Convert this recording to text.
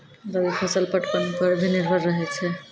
रवि फसल पटबन पर भी निर्भर रहै छै